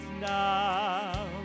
now